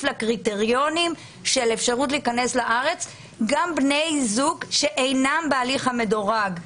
לקריטריונים של אפשרות להיכנס לארץ גם בני זוג שאינם בהליך המדורג.